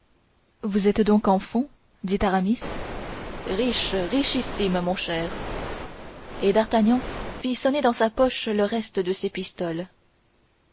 vous êtes donc en fonds dit aramis riche richissime mon cher et d'artagnan fit sonner dans sa poche le reste de ses pistoles